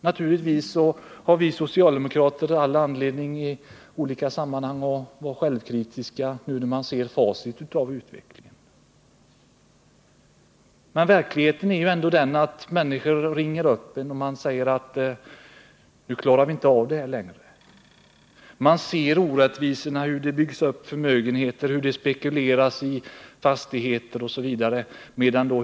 Naturligtvis har vi socialdemokrater all anledning att i olika sammanhang vara självkritiska, nu när vi ser i facit hur utvecklingen har varit. Men verkligheten är den att människor ringer upp en och säger: Nu klarar vi inte av det här längre. Vi kan se orättvisorna: hur det byggs upp förmögenheter, hur det spekuleras i fastigheter, osv.